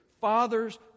Fathers